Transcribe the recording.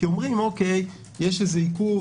כי אומרים: יש עיכוב,